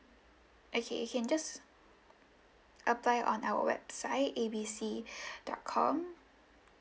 okay you can just apply on our website A B C dot com